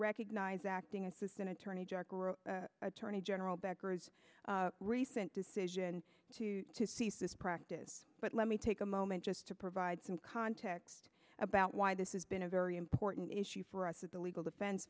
recognize acting assistant attorney general attorney general backroads recent decision to to cease this practice but let me take a moment just to provide some context about why this is been a very important issue for us that the legal defense